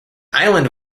island